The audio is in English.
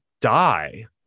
die